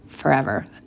forever